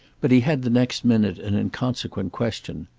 but he had the next minute an inconsequent question.